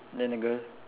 then the girl